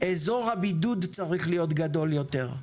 אזור הבידוד צריך להיות גדול יותר.